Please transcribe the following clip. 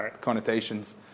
connotations